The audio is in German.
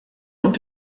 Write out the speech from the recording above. und